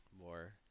more